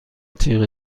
تیغ